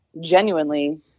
genuinely